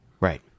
Right